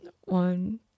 one